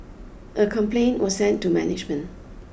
a complaint was sent to management